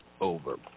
Over